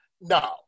No